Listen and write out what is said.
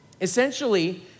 Essentially